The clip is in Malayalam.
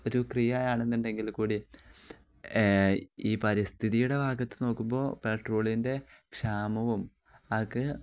ഒരു ക്രിയയാണെന്നുണ്ടെങ്കിൽ കൂടി ഈ പരിസ്ഥിതിയുടെ ഭാഗത്ത് നോക്കുമ്പോൾ പെട്രോളിൻ്റെ ക്ഷാമവും അതൊക്കെ